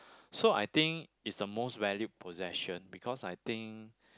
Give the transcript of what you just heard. so I think is the most valued possession because I think